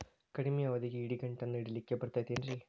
ಕಡಮಿ ಅವಧಿಗೆ ಇಡಿಗಂಟನ್ನು ಇಡಲಿಕ್ಕೆ ಬರತೈತೇನ್ರೇ?